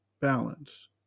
balance